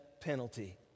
penalty